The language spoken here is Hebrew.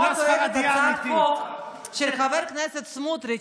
אני מאוד אוהבת הצעת חוק של חבר הכנסת סמוטריץ'.